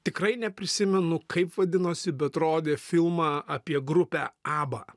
tikrai neprisimenu kaip vadinosi bet rodė filmą apie grupę abba